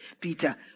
Peter